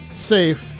safe